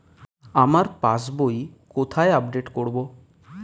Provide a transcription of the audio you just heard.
আমার পাস বই কোথায় আপডেট করব?